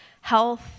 health